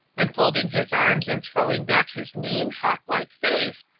and folding his arms and throwing back his lean, hawklike face,